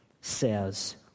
says